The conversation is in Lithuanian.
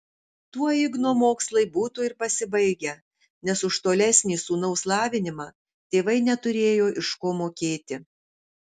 tuo igno mokslai būtų ir pasibaigę nes už tolesnį sūnaus lavinimą tėvai neturėjo iš ko mokėti